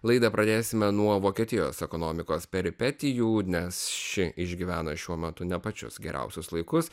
laidą pradėsime nuo vokietijos ekonomikos peripetijų nes ši išgyvena šiuo metu ne pačius geriausius laikus